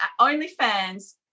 OnlyFans